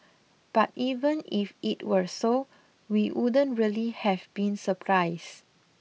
but even if it were so we wouldn't really have been surprised